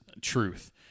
truth